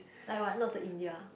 like what not to India